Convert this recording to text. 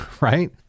Right